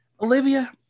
Olivia